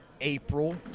April